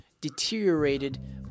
deteriorated